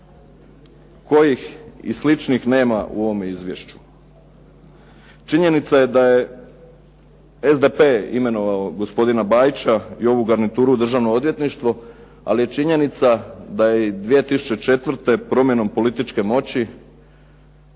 kojih i sličnih nema u ovome izvješću. Činjenica je da je SDP imenovao gospodina Bajića i ovu garnituru u Državno odvjetništvo, ali je i činjenica da je i 2004. promjenom političke moći